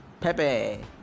Pepe